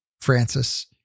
Francis